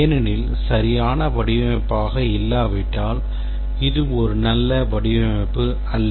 ஏனெனில் சரியான வடிவமைப்பாக இல்லாவிட்டால் இது ஒரு நல்ல வடிவமைப்பு அல்ல